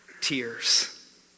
tears